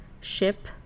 ship